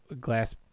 glass